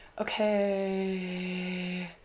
Okay